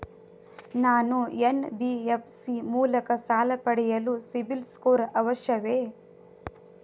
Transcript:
ನಾನು ಎನ್.ಬಿ.ಎಫ್.ಸಿ ಮೂಲಕ ಸಾಲ ಪಡೆಯಲು ಸಿಬಿಲ್ ಸ್ಕೋರ್ ಅವಶ್ಯವೇ?